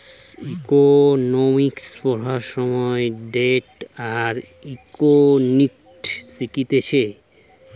economics পড়বার সময় debt আর ইকুইটি শিখতিছে